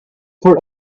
for